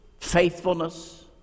faithfulness